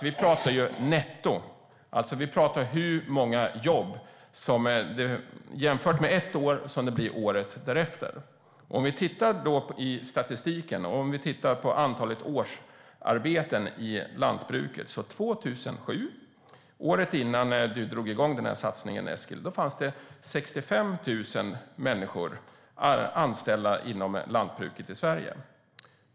Vi pratar ju om netto. Vi pratar alltså om hur många jobb det är ett år och jämför det med hur många det blir året därefter. Vi kan titta i statistiken. Vi kan titta på antalet årsarbeten i lantbruket. År 2007, året innan du drog i gång satsningen, Eskil, var 65 000 människor anställda inom lantbruket i Sverige.